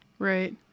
Right